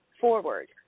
forward